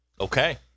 Okay